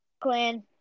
Clan